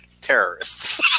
terrorists